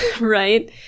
right